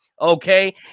okay